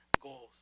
goals